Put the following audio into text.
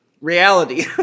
reality